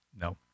no